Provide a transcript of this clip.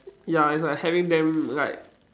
ya it's like having them like